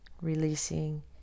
releasing